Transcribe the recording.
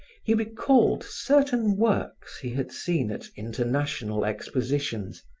he recalled certain works he had seen at international expositions,